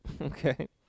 Okay